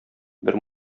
бер